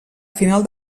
final